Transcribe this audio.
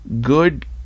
Good